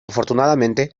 afortunadamente